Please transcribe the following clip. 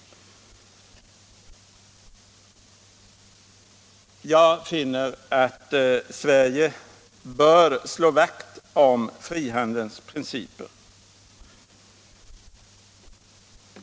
Jag finner att Sverige i stället bör slå vakt om frihandelspolitikens principer.